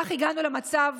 כך הגענו למצב